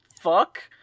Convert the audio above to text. fuck